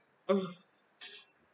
mm